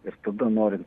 ir tada norint